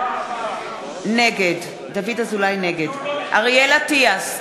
נגד אריאל אטיאס,